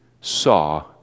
saw